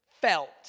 felt